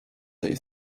tej